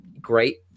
great